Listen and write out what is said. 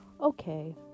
okay